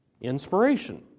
inspiration